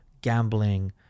gambling